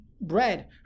bread